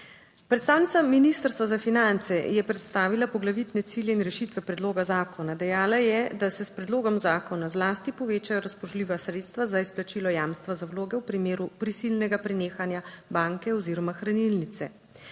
Predstavnica Ministrstva za finance je predstavila poglavitne cilje in rešitve predloga zakona. Dejala je, da se s predlogom zakona zlasti povečajo razpoložljiva sredstva za izplačilo jamstva za vloge v primeru prisilnega prenehanja banke oziroma hranilnice.